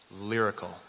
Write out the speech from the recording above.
Lyrical